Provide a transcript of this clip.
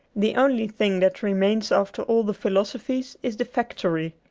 the only thing that remains after all the philosophies is the factory.